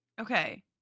Okay